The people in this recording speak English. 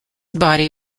body